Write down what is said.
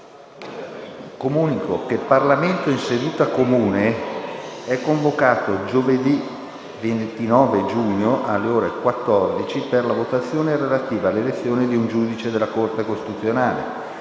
Comunico che il Parlamento in seduta comune è convocato giovedì 29 giugno alle ore 14 per la votazione relativa all'elezione di un giudice della Corte costituzionale.